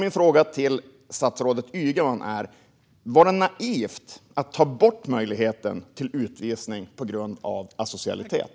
Min fråga till statsrådet Ygeman är: Var det naivt att ta bort möjligheten till utvisning på grund av asocialitet?